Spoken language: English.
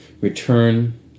return